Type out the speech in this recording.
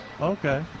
Okay